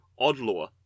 Oddlaw